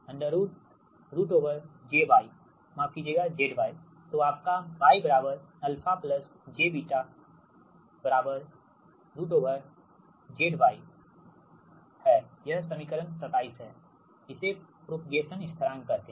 तो γ jy माफ कीजिएगा zy तो आपका γ α jβ zy यह समीकरण 27 है इसे प्रोपेगेशन स्थिरांक कहते हैं